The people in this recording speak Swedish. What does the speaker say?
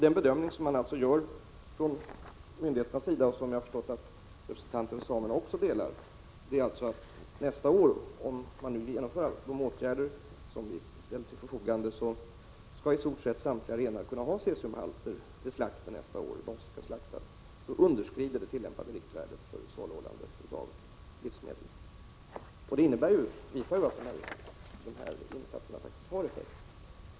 Den bedömning som man gör från myndigheternas sida och som jag har förstått att representanterna för samerna instämmer i är att om man genomför alla de åtgärder som vi ställer till förfogande skall i stort sett samtliga renar som skall slaktas nästa år kunna ha cesiumhalter som underskrider det tillämpade riktvärdet för saluhållande av livsmedel. Det visar att insatserna faktiskt har effekt.